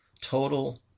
total